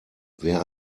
wer